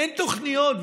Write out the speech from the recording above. אין תוכניות,